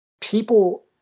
people